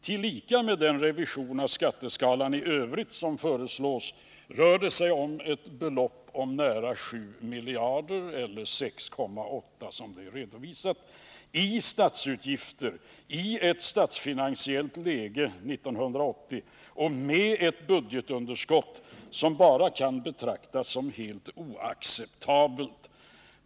Tillika med den revision av skatteskalan i övrigt som föreslås rör det sig om ett belopp om nära 7 miljarder kronor — eller 6,8 miljarder kronor, som det är redovisat — i statsutgifter, och detta i ett statsfinansiellt läge 1980 med ett underskott som bara kan betraktas som helt oacceptabelt.